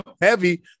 Heavy